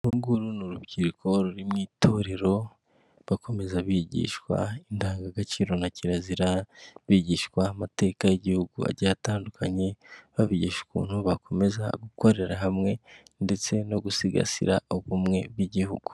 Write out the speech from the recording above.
Urunguru ni urubyiruko ruri mu itorero bakomeza bigishwa indangagaciro na kirazira bigishwa amateka y'igihugu atandukanye babigisha ukuntu bakomeza gukorera hamwe ndetse no gusigasira ubumwe bw'igihugu.